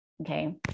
Okay